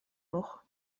noch